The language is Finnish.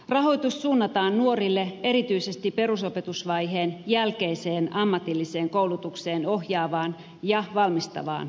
rahoitus suunnataan nuorille erityisesti perusopetusvaiheen jälkeiseen ammatilliseen koulutukseen ohjaavaan ja valmistavaan koulutukseen